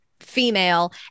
female